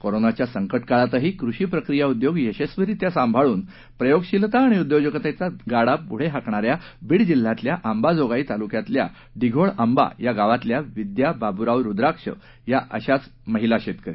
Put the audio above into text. कोरोनाच्या संकटकाळातही कृषी प्रक्रीया उद्योग यशस्वीरित्या सांभाळून प्रयोगशिलता आणि उद्योजकतेचा गाडा पुढे हाकणाऱ्या बीड जिल्ह्यातल्या अंबाजोगाई तालुक्याच्या डिघोळअंबा या गावातल्या विद्या बाबुराव रूद्राक्ष या अशाच महिला शेतकरी